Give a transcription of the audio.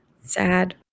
Sad